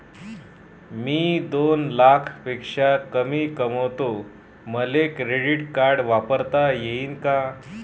मी दोन लाखापेक्षा कमी कमावतो, मले क्रेडिट कार्ड वापरता येईन का?